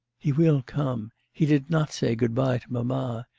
he will come. he did not say good-bye to mamma.